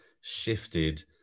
shifted